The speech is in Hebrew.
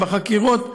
בחקירות,